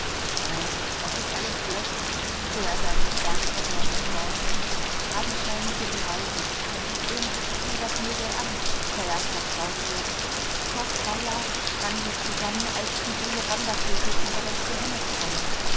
nein das ist alles blech fuhr er dann ernster werdend fort fadenscheinige beweise sehen sie sich nur das mädel an teuerster frauenlob vor zwei jahren sprangen wir zusammen als fidele wandervögel über das